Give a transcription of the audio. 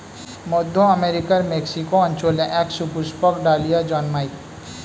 মধ্য আমেরিকার মেক্সিকো অঞ্চলে এক সুপুষ্পক ডালিয়া জন্মায়